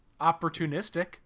opportunistic